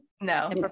No